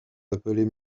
appelez